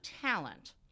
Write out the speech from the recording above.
talent